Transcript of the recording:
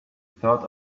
thought